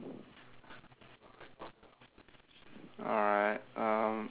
alright um